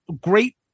great